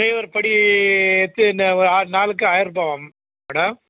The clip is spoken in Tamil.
ட்ரைவர் படி எத்து இந்த வா ஆறு நாளுக்கு ஆயிரம் ருபாவாம் மேடம்